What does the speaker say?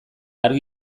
argi